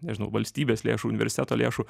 nežinau valstybės lėšų universiteto lėšų